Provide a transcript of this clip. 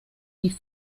die